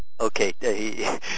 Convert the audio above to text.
Okay